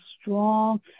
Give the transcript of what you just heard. strong